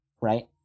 right